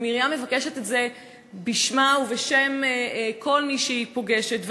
ומרים מבקשת את זה בשמה ובשם כל מי שהיא פוגשת.